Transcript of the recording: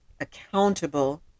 accountable